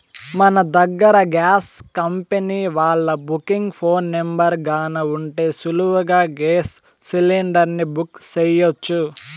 మన దగ్గర gas company వాల్ల బుకింగ్ ఫోను నెంబరు గాన ఉంటే సులువుగా గేస్ సిలిండర్ని బుక్ సెయ్యొచ్చు